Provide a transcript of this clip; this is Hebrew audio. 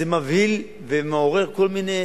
זה מבהיל ומעורר כל מיני